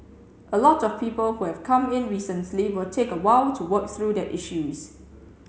a lot of people who have come in recently will take a while to work through their issues